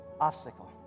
obstacle